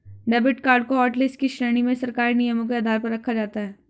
debit card को hotlist की श्रेणी में सरकारी नियमों के आधार पर रखा जाता है